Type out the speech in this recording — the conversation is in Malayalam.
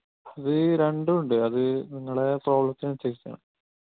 ഇത് രണ്ടുമുണ്ട് അത് നിങ്ങളുടെ പ്രോബ്ലത്തിന് അനുസരിച്ചാണ്